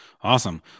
awesome